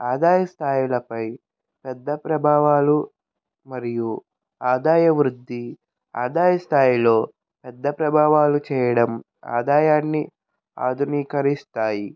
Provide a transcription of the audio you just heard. ఆదాయ స్థాయిలపై పెద్ద ప్రభావాలు మరియు ఆదాయ వృద్ధి ఆదాయ స్థాయిలో పెద్ద ప్రభావాలు చేయడం ఆదాయాన్ని ఆధునికరిస్తాయి